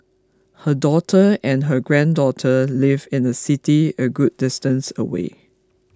her daughter and her granddaughter live in a city a good distance away